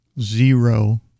Zero